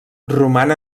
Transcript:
roman